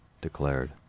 declared